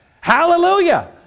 Hallelujah